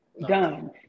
Done